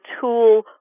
tool